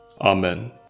Amen